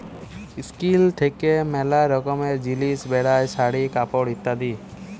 silk থাক্যে ম্যালা রকমের জিলিস বেলায় শাড়ি, কাপড় ইত্যাদি